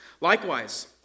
Likewise